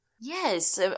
Yes